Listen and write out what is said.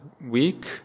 week